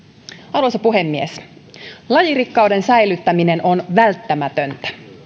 arvoisa puhemies lajirikkauden säilyttäminen on välttämätöntä